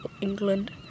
England